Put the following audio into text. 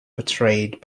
portrayed